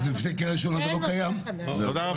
תודה.